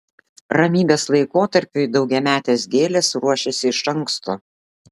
ramybės laikotarpiui daugiametės gėlės ruošiasi iš anksto